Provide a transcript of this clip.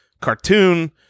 cartoon